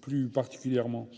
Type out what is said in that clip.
plus particulièrement ?